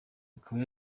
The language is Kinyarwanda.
akaba